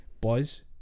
boys